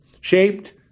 shaped